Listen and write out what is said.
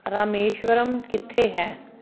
ਰਾਮੇਸ਼ਵਰਮ ਕਿੱਥੇ ਹੈ